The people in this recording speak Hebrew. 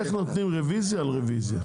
איך נותנים רוויזיה על רוויזיה?